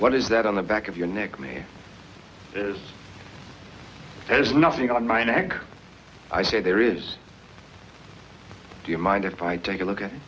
what is that on the back of your neck me is has nothing on my neck i say there is do you mind if i take a look at it